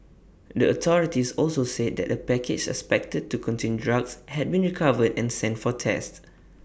the authorities also said that A package suspected to contain drugs had been recovered and sent for tests